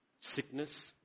Sickness